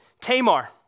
Tamar